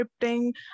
scripting